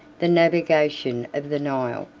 the navigation of the nile,